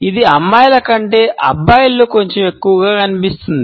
ఇది అమ్మాయిల కంటే అబ్బాయిలలో కొంచెం ఎక్కువగా కనిపిస్తుంది